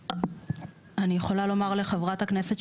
אני יכולה לומר לחברת הכנסת,